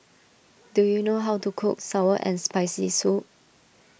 do you know how to cook Sour and Spicy Soup